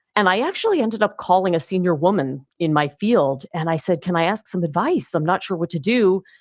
and i actually ended up calling a senior woman in my field and i said, can i ask some advice? i'm not sure what to do.